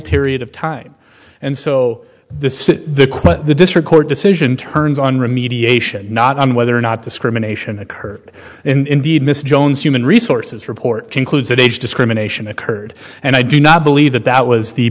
period of time and so this is the quote the district court decision turns on remediation not on whether or not discrimination occurred in the miss jones human resources report concludes that age discrimination occurred and i do not believe that that was the